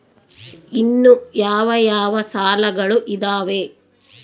ಇನ್ನು ಯಾವ ಯಾವ ಸಾಲಗಳು ಇದಾವೆ?